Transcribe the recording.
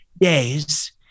days